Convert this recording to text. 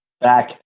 back